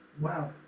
Wow